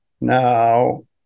Now